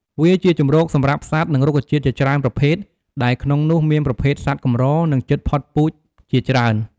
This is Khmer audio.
វាជាជម្រកសម្រាប់សត្វ និងរុក្ខជាតិជាច្រើនប្រភេទដែលក្នុងនោះមានប្រភេទសត្វកម្រ និងជិតផុតពូជជាច្រើន។